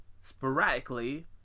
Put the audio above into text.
sporadically